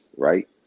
Right